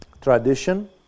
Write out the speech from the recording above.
tradition